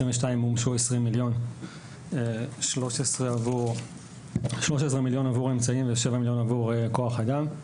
מומשו 13 מיליון עבור האמצעים ו-7 מיליון עבור כוח אדם.